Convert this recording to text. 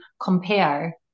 compare